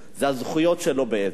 זה הזכויות שלו בעצם,